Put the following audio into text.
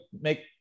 make